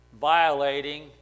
violating